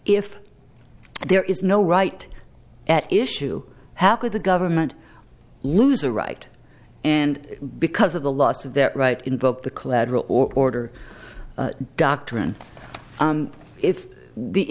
if there is no right at issue how could the government lose a right and because of the loss of their right invoke the collateral order doctrine if the